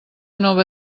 nova